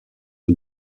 aux